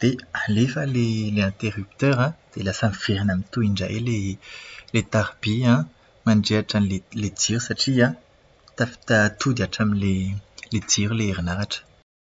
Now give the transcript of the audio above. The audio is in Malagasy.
dia alefa ilay "interrupteur" an, dia lasa miverina mitohy indray ilay ilay taroby an, mandrehitra an'ilay jiro satria ta- ta- tody hatramin'ilay ilay jiro ilay herinaratra.